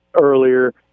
earlier